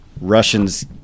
Russians